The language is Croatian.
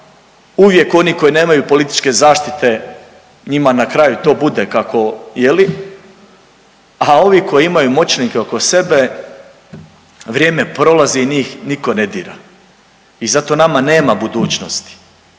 uvijek oni koji nemaju političke zaštite njima na kraju bude kako je li, a ovi koji imaju moćnike oko sebe, vrijeme prolazi njih niko ne dira. I zato nama nema budućnosti